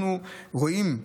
אנחנו רואים,